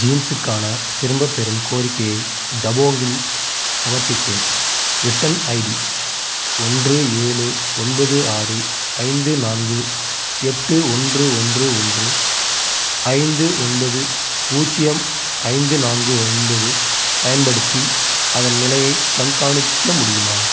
ஜீன்ஸுக்கான திரும்பப்பெறும் கோரிக்கையை ஜபோங்கில் சமர்ப்பித்தேன் ரிட்டர்ன் ஐடி ஒன்று ஏழு ஒன்பது ஆறு ஐந்து நான்கு எட்டு ஒன்று ஒன்று ஒன்று ஐந்து ஒன்பது பூஜ்ஜியம் ஐந்து நான்கு ஒன்பது பயன்படுத்தி அதன் நிலையை கண்காணிக்க முடியுமா